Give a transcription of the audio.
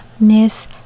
miss